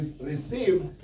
receive